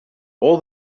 all